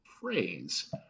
phrase